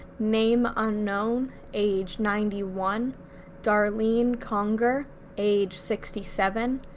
name unknown age ninety one darlene conger age sixty seven,